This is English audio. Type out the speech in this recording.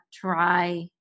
try